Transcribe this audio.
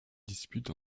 dispute